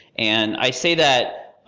and i say that,